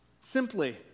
simply